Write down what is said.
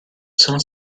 sono